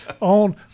on